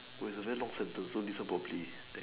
!wow! it a very long sentence so listen properly